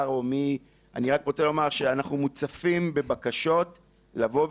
או מי --- אני רק רוצה לומר שאנחנו מוצפים בבקשות לבוא ולסייע.